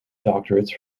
doctorates